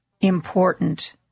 important